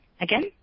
Again